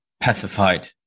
pacified